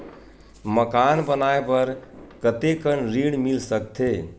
मकान बनाये बर कतेकन ऋण मिल सकथे?